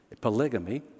polygamy